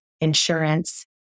insurance